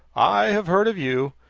i have heard of you.